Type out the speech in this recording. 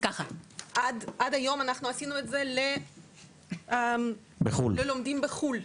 עד היום עשינו את זה ללומדים בחו"ל.